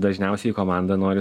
dažniausiai į komandą nori